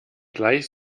gleich